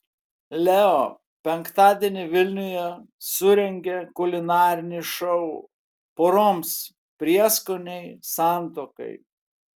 leo penktadienį vilniuje surengė kulinarinį šou poroms prieskoniai santuokai